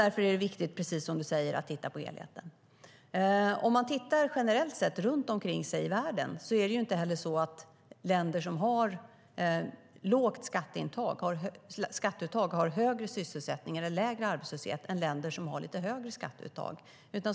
Därför är det viktigt, precis som du säger, att titta på helheten. Om man tittar runt om i världen ser man att det inte generellt är så att länder som har lågt skatteuttag har högre sysselsättning eller lägre arbetslöshet än länder som har högre skatteuttag.